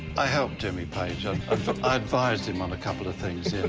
i helped jimmy page. i advised him on a couple of things,